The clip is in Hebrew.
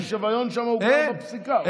השוויון שם הוכר בפסיקה.